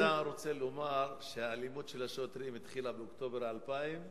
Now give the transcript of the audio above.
אתה רוצה לומר שהאלימות של השוטרים התחילה באוקטובר 2000,